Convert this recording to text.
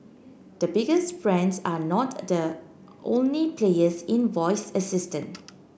the biggest brands are not the only players in voice assistant